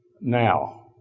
Now